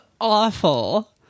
awful